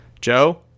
Joe